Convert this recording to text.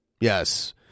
Yes